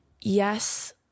Yes